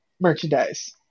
merchandise